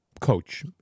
coach